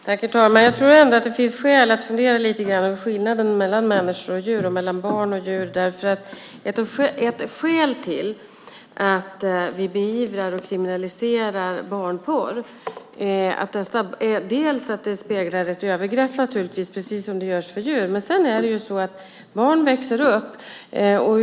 Herr talman! Jag tror att det ändå finns skäl att lite grann fundera över skillnaden mellan människor och djur och mellan barn och djur. Ett skäl till att vi beivrar och kriminaliserar barnporr är att den, naturligtvis, speglar ett övergrepp - precis som för djur. Men barn växer ju upp.